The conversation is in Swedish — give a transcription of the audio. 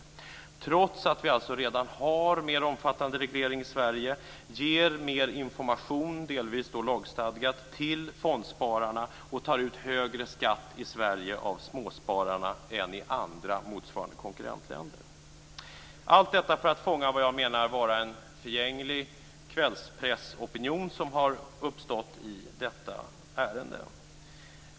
Detta sker alltså trots att vi redan har mer omfattande reglering i Sverige, ger mer information - delvis lagstadgad - till fondspararna och tar ut högre skatt i Sverige av småspararna än i andra motsvarande konkurrentländer. Allt detta sker för att fånga en förgänglig kvällspressopinion som har uppstått i detta ärende.